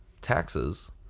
taxes